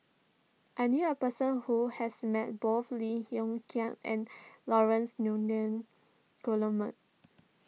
I knew a person who has met both Lim Hng Kiang and Laurence Nunns Guillemard